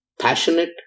passionate